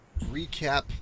recap